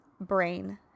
brain